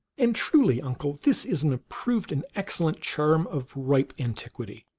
and truly, uncle, this is an approved and excellent charm of ripe antiquity,